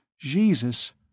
Jesus